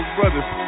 brothers